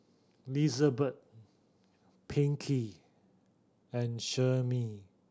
Lizabeth Pinkey and Sherri